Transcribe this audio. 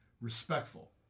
respectful